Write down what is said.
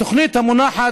התוכנית המונחת,